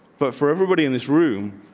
but for everybody in this room,